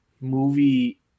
movie